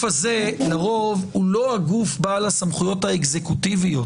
הזה לרוב הוא לא הגוף בעל הסמכויות האקזקוטיביות.